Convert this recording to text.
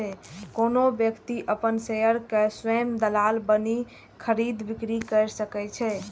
कोनो व्यक्ति अपन शेयर के स्वयं दलाल बनि खरीद, बिक्री कैर सकै छै